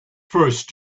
first